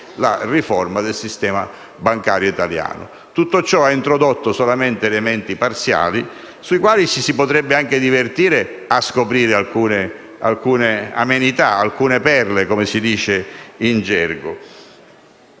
la riforma del sistema bancario italiano. Tutto ciò ha introdotto solamente elementi parziali, sui quali ci si potrebbe anche divertire a scoprire alcune amenità, alcune perle, come si dice in gergo.